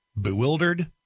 bewildered